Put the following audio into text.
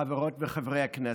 חברות וחברי הכנסת,